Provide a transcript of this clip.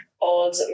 old